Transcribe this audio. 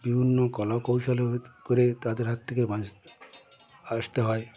বিভিন্ন কলা কৌশল করে তাদের হাত থেকে বেঁচে আসতে হয়